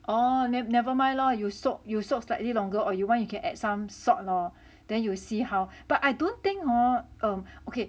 oh then never mind lor you soak you soak slightly longer or you want you can add some salt lor then you see how but I don't think hor oh okay